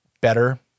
better